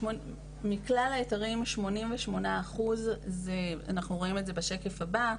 מכלל האחוזים 88% ואנחנו רואים את זה בשקף הבא,